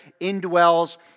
indwells